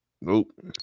Nope